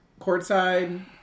courtside